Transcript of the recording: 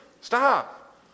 Stop